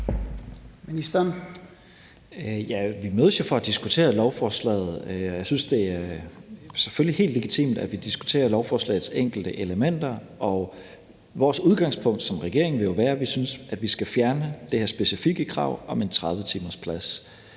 vi mødes jo for at diskutere lovforslaget. Jeg synes selvfølgelig, det er helt legitimt, at vi diskuterer lovforslagets enkelte elementer. Vores udgangspunkt som regering vil jo være, at vi synes, at vi skal fjerne det her specifikke krav om en 30-timersplads.